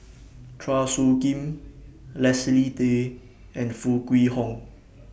Chua Soo Khim Leslie Tay and Foo Kwee Horng